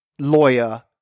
lawyer